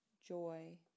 joy